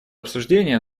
обсуждения